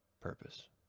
purpose